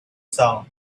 sound